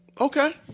Okay